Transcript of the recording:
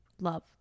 Love